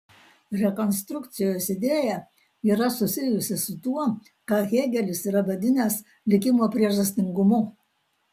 rekonstrukcijos idėja yra susijusi su tuo ką hėgelis yra vadinęs likimo priežastingumu